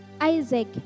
Isaac